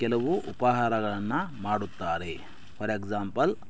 ಕೆಲವು ಉಪಹಾರಗಳನ್ನು ಮಾಡುತ್ತಾರೆ ಫಾರ್ ಎಕ್ಸಾಂಪಲ್